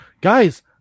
guys